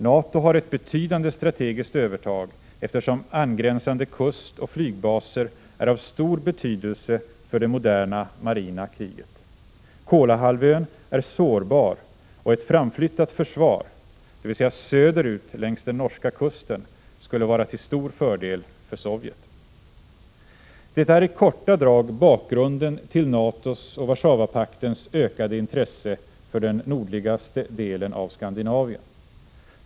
NATO har ett betydande strategiskt övertag, eftersom angränsande kust och flygbaser är av stor betydelse för det moderna marina kriget. Kolahalvön är sårbar, och ett framflyttat försvar, dvs. söderut längs den norska kusten, skulle vara till stor fördel för Sovjet. Detta är i korta drag bakgrunden till NATO:s och Warszawapaktens ökade intresse för den nordligaste delen av Skandinavien.